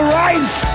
rise